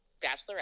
bachelorette